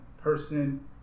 person